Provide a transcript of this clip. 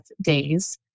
days